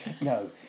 No